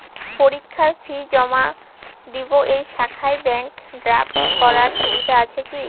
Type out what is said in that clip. পরীক্ষার ফি জমা দিব এই শাখায় ব্যাংক ড্রাফট করার সুবিধা আছে কি?